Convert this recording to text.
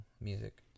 music